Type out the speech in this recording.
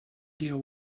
deal